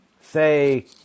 say